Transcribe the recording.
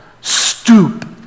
stoop